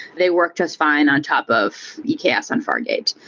they works as fine on top of yeah eks on fargate.